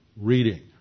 reading